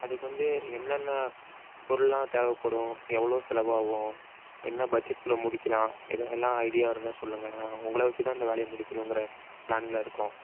அதுக்கு வந்து என்னென்ன பொருள்லாம் தேவைப்படும் எவ்வளோ செலவாவும் என்ன பட்ஜெட்டில் முடிக்கலாம் எது என்ன ஐடியா இருந்தால் சொல்லுங்கள் நான் உங்களை வச்சி தான் இந்த வேலையை முடிக்கணும்ங்கிற பிளானில் இருக்கோம்